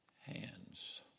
hands